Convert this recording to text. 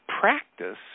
practice